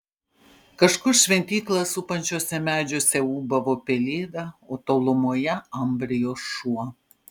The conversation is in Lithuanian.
kažkur šventyklą supančiuose medžiuose ūbavo pelėda o tolumoje ambrijo šuo